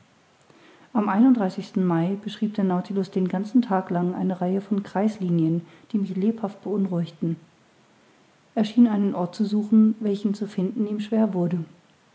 am mai beschrieb der nautilus den ganzen tag lang eine reihe von kreislinien die mich lebhaft beunruhigten er schien einen ort zu suchen welchen zu finden ihm schwer wurde